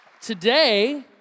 Today